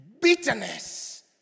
Bitterness